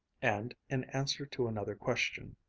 and in answer to another question,